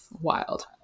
Wild